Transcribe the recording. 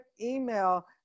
email